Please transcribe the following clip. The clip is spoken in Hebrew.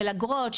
של אגרות,